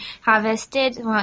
harvested